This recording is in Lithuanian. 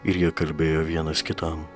ir jie kalbėjo vienas kitam